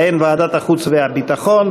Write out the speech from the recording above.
בהן ועדת החוץ והביטחון,